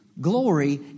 glory